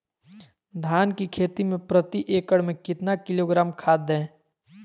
धान की खेती में प्रति एकड़ में कितना किलोग्राम खाद दे?